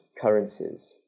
currencies